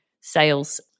sales